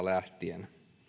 lähtien ja